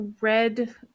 red